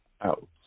Out